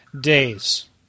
days